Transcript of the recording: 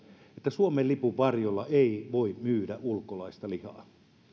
että suomen lipun varjolla ei voi myydä ulkolaista lihaa